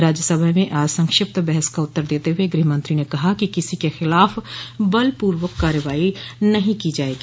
राज्यसभा में आज संक्षिप्त बहस का उत्तर देते हुए गृहमंत्री ने कहा कि किसी के खिलाफ बल पूर्वक कार्रवाई नहीं की जाएगी